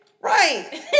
Right